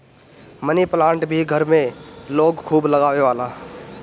मनी plant भी घर में लोग खूब लगावेला